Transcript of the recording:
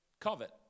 covet